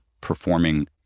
performing